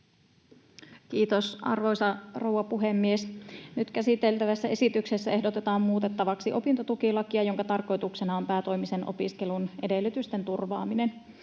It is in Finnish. Kiitos, arvoisa rouva puhemies! Nyt käsiteltävässä esityksessä ehdotetaan muutettavaksi opintotukilakia, jonka tarkoituksena on päätoimisen opiskelun edellytysten turvaaminen.